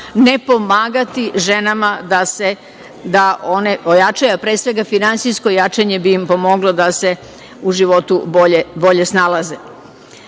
ne pomagati ženama da one ojačaju, a pre svega finansijsko jačanje bi im pomoglo da se u životu bolje snalaze. Da